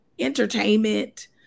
Entertainment